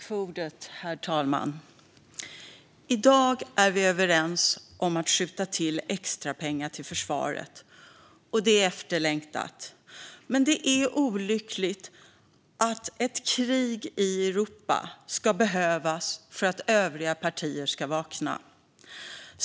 Herr talman! I dag är vi överens om att skjuta till extrapengar till försvaret, och det är efterlängtat. Men det är olyckligt att ett krig i Europa ska behövas för att övriga partier ska vakna.